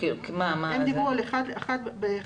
הם דיברו על אחת לחודש.